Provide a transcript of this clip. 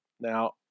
Now